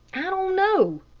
i don't know,